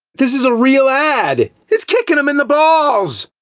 this is a real ad! he's kickin' him in the balls!